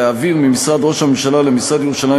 להעביר ממשרד ראש הממשלה למשרד ירושלים